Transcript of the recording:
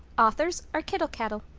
authors are kittle cattle.